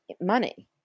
money